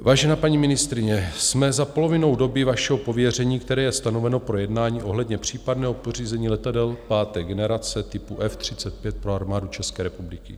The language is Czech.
Vážená paní ministryně, jsme za polovinou doby vašeho pověření, které je stanoveno pro jednání ohledně případného pořízení letadel páté generace typu F 35 pro armádu České republiky.